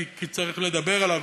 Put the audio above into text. כי צריך לדבר עליו.